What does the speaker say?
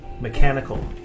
mechanical